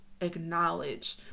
acknowledge